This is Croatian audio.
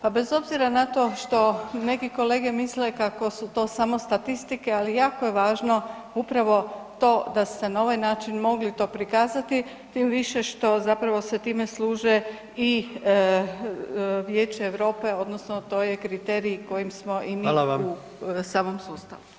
Pa bez obzira na to što neki kolege misle kako su to samo statistike, ali jako je važno upravo to da ste na ovaj način mogli to prikazati, tim više što zapravo se time služe i Vijeće Europe odnosno to je kriterij kojim smo mi u samom sustavu.